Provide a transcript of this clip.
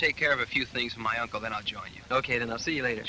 take care of a few things my uncle then i'll join you ok then i'll see you later